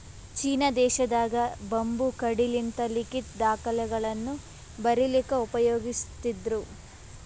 China ದೇಶದಾಗ್ bamboo ಕಡ್ಡಿಲಿಂತ್ ಲಿಖಿತ್ ದಾಖಲೆಗಳನ್ನ ಬರಿಲಿಕ್ಕ್ ಉಪಯೋಗಸ್ತಿದ್ರು